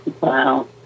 Wow